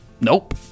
Nope